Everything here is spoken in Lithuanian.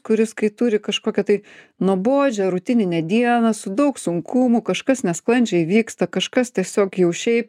kuris kai turi kažkokią tai nuobodžią rutininę dieną su daug sunkumų kažkas nesklandžiai vyksta kažkas tiesiog jau šiaip